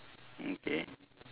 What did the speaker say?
okay